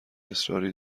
اصراری